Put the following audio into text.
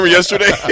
yesterday